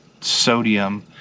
sodium